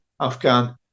afghan